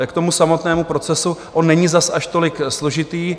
K samotnému procesu, on není zas až tolik složitý.